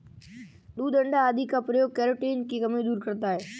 दूध अण्डा आदि का प्रयोग केराटिन की कमी दूर करता है